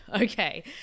Okay